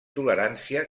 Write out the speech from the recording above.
tolerància